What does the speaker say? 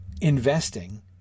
investing